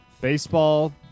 Baseball